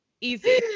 Easy